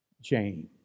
James